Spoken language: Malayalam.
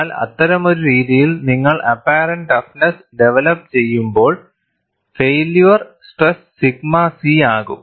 എന്നാൽ അത്തരമൊരു രീതിയിൽ നിങ്ങൾ അപ്പാറെന്റ് ടഫ്നെസ്സ് ഡെവലപ്പ് ചെയ്യുമ്പോൾ ഫൈയില്യർ സ്ട്രെസ് സിഗ്മ c ആകും